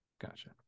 Gotcha